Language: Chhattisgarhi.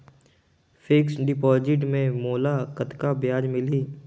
फिक्स्ड डिपॉजिट मे मोला कतका ब्याज मिलही?